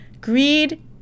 greed